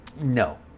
No